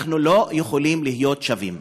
אנחנו לא יכולים להיות שווים.